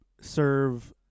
serve